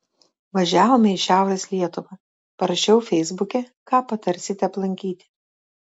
važiavome į šiaurės lietuvą parašiau feisbuke ką patarsite aplankyti